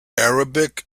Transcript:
arabic